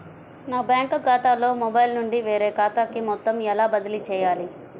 నా బ్యాంక్ ఖాతాలో మొబైల్ నుండి వేరే ఖాతాకి మొత్తం ఎలా బదిలీ చేయాలి?